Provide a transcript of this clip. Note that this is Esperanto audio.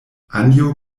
anjo